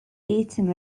eaten